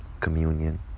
communion